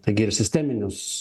taigi ir sisteminius